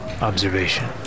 observation